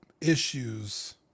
issues